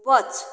वच